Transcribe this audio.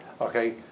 Okay